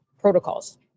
protocols